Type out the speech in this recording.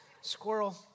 Squirrel